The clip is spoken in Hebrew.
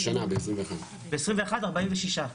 השנה, 2021. ב־2021 - 46.